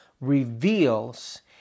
reveals